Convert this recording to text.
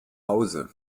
hause